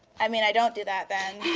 i mean, i don't do that, then.